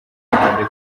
yanjye